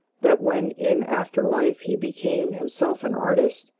that, when in after life he became himself an artist,